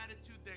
attitude